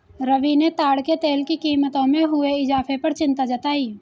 रवि ने ताड़ के तेल की कीमतों में हुए इजाफे पर चिंता जताई